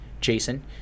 Jason